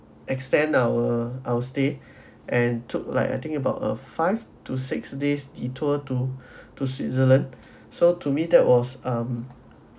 extend our our stay and took like I think about a five to six days detour to to switzerland so to me that was um